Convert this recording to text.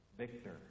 Victor